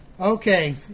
Okay